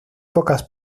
pocas